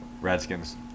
Redskins